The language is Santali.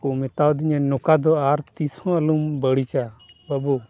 ᱠᱚ ᱢᱮᱛᱟᱣ ᱫᱤᱧᱟᱹ ᱱᱚᱝᱠᱟ ᱫᱚ ᱟᱨ ᱛᱤᱥ ᱦᱚᱸ ᱟᱞᱚᱢ ᱵᱟᱹᱲᱤᱡᱟ ᱵᱟᱹᱵᱩ